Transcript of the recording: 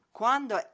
quando